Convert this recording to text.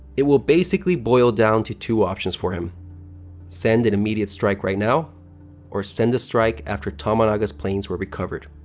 it will basically boil down to two options for him send an immediate strike right now or send the strike after tomanaga's planes were recovered.